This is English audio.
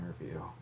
interview